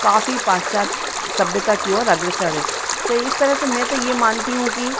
काफी पाश्चात सभ्यता की ओर अग्रसर है तो इस तरह से मैं तो यह मानती हूँ कि